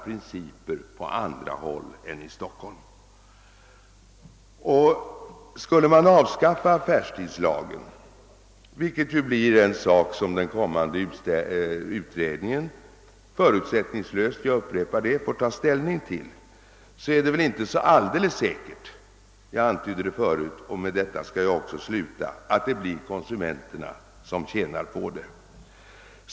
Om man skulle avskaffa affärsstängningslagen — något som den kommande utredningen förutsättningslöst får ta ställning till — är det inte helt säkert att det blir konsumenterna som tjänar på detta.